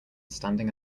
standing